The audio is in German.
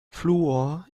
fluor